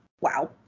Wow